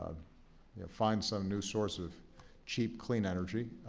um yeah find some new source of cheap, clean energy,